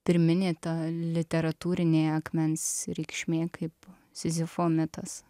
pirminė ta literatūrinė akmens reikšmė kaip sizifo mitas